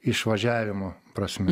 išvažiavimo prasme